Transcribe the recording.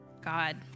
God